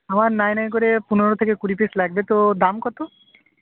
আমার নাই নাই করে পনেরো থেকে কুড়ি পিস লাগবে তো দাম কত